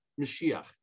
Mashiach